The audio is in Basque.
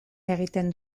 egiten